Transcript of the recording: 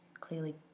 clearly